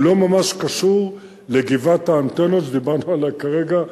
הוא לא ממש קשור לגבעת האנטנות שדיברנו עליה כרגע,